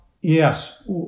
yes